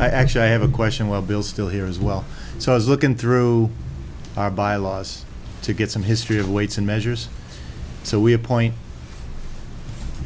i actually i have a question well bill still here as well so i was looking through our byelaws to get some history of weights and measures so we appoint